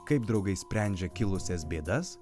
kaip draugai sprendžia kilusias bėdas